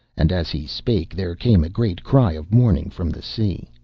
and as he spake there came a great cry of mourning from the sea,